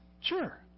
Sure